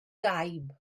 gaib